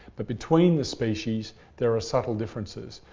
but between the species there are subtle differences.